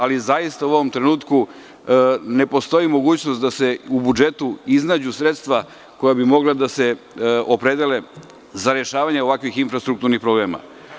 Ali, zaista u ovom trenutku ne postoji mogućnost da se u budžetu iznađu sredstva koja bi mogla da se opredele za rešavanje ovakvih infrastrukturnih problema.